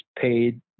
paid